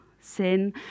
sin